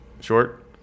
short